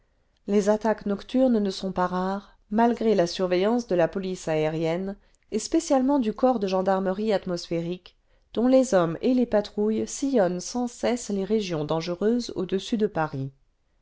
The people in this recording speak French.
les attaques nocturnes ne sont pas rares malgré la surveillance de la police aérienne et spécialement du corps de gendarmerie atmosphérique dont les hommes et les patrouilles sillonnent sâiis cessé les régions dangereuses au-dessus de paris